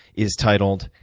is titled,